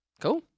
Cool